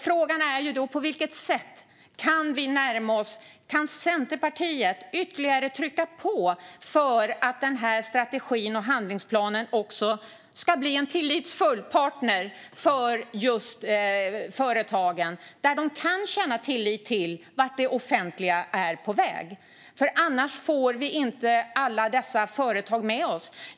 Frågan är då på vilket sätt vi kan närma oss detta och om Centerpartiet kan trycka på ytterligare för att strategin och handlingsplanen ska bli tillitsfulla partner för företagen, så att de kan känna tillit till vart det offentliga är på väg. Annars får vi inte alla dessa företag med oss.